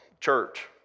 church